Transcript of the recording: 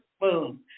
boom